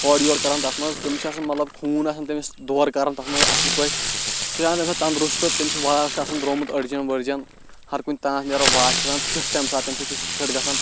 اوٚرٕ یورٕ کران تَتھ منٛز تٔمِس چھِ آسان مطلب خوٗن آسان تٔمِس دورٕ کران تتھ منٛز اَصٕل پٲٹھۍ سُہ چھُ آسان تمہِ ساتہٕ تَنٛدرُستہٕ تٔمِس چھُ واش آسان درومُت أڈجٮ۪ن ؤڈجٮ۪ن ہر کُنہِ تانَس نیران واش آسان فِٹ تَمہِ ساتہٕ تمہِ سۭتۍ چھُ سُہ فٹ گژھان